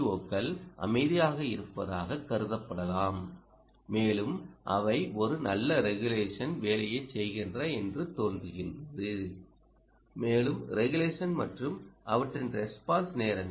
ஓக்கள் அமைதியாக இருப்பதாகக் கருதப்படலாம் மேலும் அவை ஒரு நல்ல ரெகுலேஷன் வேலையைச் செய்கின்றன என்று தோன்றுகிறது மேலும் ரெகுலேஷன் மற்றும் அவற்றின் ரெஸ்பான்ஸ் நேரங்கள்